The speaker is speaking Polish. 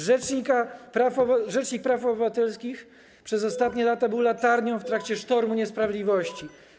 Rzecznik praw obywatelskich przez ostatnie lata był latarnią w trakcie sztormu niesprawiedliwości.